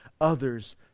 others